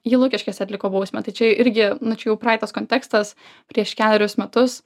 ji lukiškėse atliko bausmę tai čia irgi nu čia jau praeitas kontekstas prieš kelerius metus